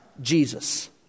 Jesus